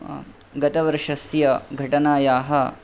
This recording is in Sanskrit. गतवर्षस्य घटणायाः